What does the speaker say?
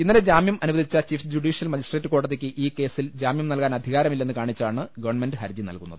ഇന്നലെ ജാമ്യം അനുവദിച്ച ചീഫ് ജുഡീ ഷ്യൽ മജിസ്ട്രേറ്റ് കോടതിക്ക് ഈ കേസിൽ ജാമ്യം നൽകാൻ അധികാരമില്ലെന്ന് കാണിച്ചാണ് ഗവൺമെന്റ് ഹർജി നൽകുന്നത്